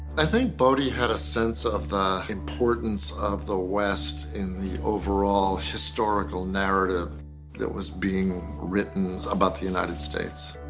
i think boddy had a sense of the importance of the west in the overall historical narrative that was being written about the united states.